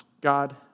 God